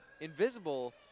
invisible